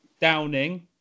Downing